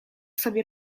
sobie